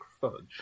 Fudge